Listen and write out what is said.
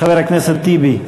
חבר הכנסת טיבי.